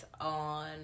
on